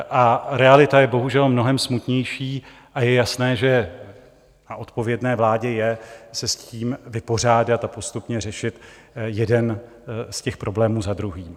A realita je bohužel mnohem smutnější a je jasné, že na odpovědné vládě je se s tím vypořádat a postupně řešit jeden z těch problémů za druhým.